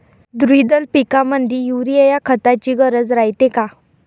द्विदल पिकामंदी युरीया या खताची गरज रायते का?